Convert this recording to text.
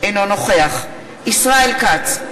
אינו נוכח ישראל כץ,